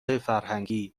فرهنگی